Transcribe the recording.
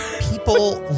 People